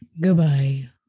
goodbye